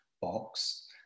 box